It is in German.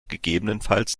gegebenenfalls